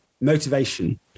motivation